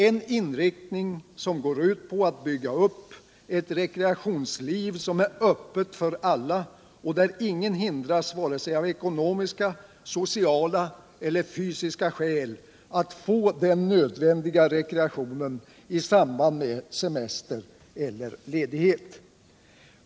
En inriktning som går ut på att bygga upp ett rekreationsliv som är öppet för alla och där ingen hindras av vare sig ekonomiska, sociala eller fysiska skäl att få den nödvändiga rekreationen i samband med semester eller ledighet.